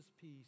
peace